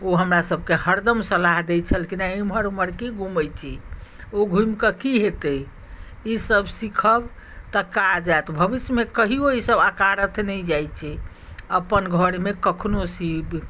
ओ हमरा सबकेँ हरदम सलाह दै छलखिन हँ एमहर ओमहर की घुमैत छी ओ घुमि कऽ की हेतै ई सब सिखब तऽ काज आएत भविष्यमे कहियो ई सब अकारथ नहि जाइत छै अपन घरमे कखनो सीब